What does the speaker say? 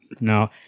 No